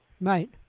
Right